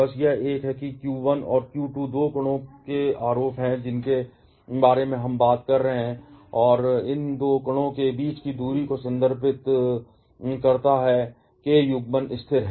बस यह एक है जहां q1 और q2 दो कणों के आरोप हैं जिनके बारे में हम बात कर रहे हैं और आर इन दो कणों के बीच की दूरी को संदर्भित करता है और k युग्मन स्थिर है